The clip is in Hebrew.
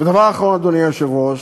ודבר אחרון, אדוני היושב-ראש: